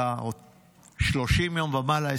30 יום ומעלה.